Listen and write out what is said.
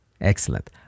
Excellent